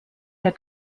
der